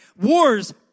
Wars